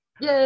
Yay